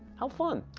how fun.